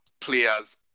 players